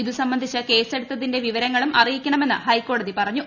ഇത് സംബന്ധിച്ച് കേസെടുത്തതിന്റെ വിവരങ്ങളും അറിയിക്കണമെന്ന് ഹൈക്കോടതി പറഞ്ഞു